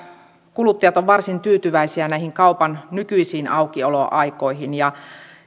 kuluttajat ovat varsin tyytyväisiä näihin kaupan nykyisiin aukioloaikoihin ja